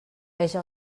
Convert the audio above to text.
veja